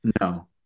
No